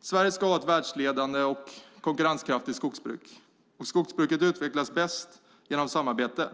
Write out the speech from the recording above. Sverige ska ha ett världsledande och konkurrenskraftigt skogsbruk. Skogsbruket utvecklas bäst genom samarbete.